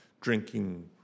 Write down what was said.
drinking